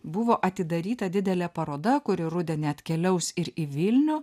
buvo atidaryta didelė paroda kuri rudenį atkeliaus ir į vilnių